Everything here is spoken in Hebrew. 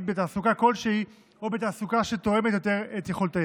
בתעסוקה כלשהי או בתעסוקה שתואמת יותר את יכולותיהם.